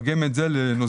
לתרגם את זה לנוזלים.